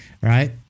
Right